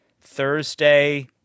Thursday